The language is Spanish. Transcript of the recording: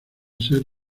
ser